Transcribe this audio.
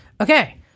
okay